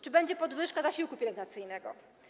Czy będzie podwyżka zasiłku pielęgnacyjnego?